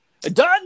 Done